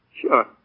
Sure